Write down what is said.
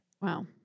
Wow